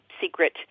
secret